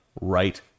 right